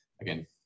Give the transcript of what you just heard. again